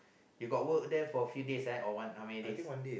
we got work there for few days right or one how many days